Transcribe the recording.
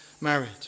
married